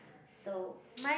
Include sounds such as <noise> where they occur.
so <noise>